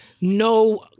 no